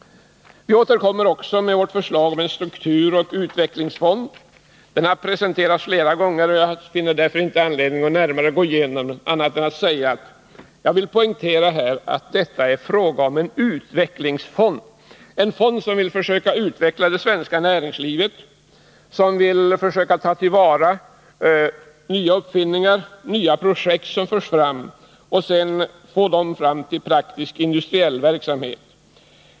Vi återkommer också med förslag till en strukturoch utvecklingsfond. Förslaget har presenterats flera gånger, och jag finner därför inte anledning att närmare redovisa det, men jag vill poängtera att det här gäller en utvecklingsfond — en fond för utveckling av det svenska näringslivet och för att ta till vara nya uppfinningar, nya projekt som förs fram och som bör leda till praktisk industriell verksamhet.